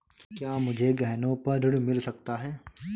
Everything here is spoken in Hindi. क्या मुझे गहनों पर ऋण मिल सकता है?